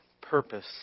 purpose